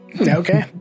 Okay